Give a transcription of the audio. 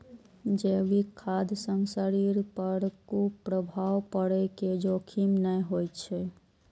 जैविक खाद्य सं शरीर पर कुप्रभाव पड़ै के जोखिम नै होइ छै